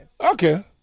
Okay